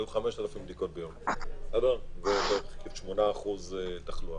והיו 5,000 בדיקות ביום ו-8% תחלואה.